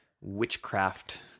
witchcraft